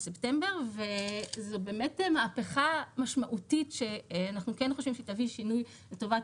בספטמבר וזו באמת מהפכה משמעותית שאנחנו כן חושבים שתביא שינוי לטובת